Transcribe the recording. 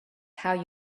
how